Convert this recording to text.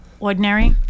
Ordinary